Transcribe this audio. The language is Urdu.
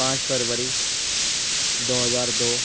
پانچ فروری دو ہزار دو